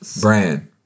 Brand